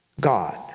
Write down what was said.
God